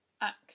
act